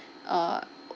uh